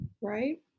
Right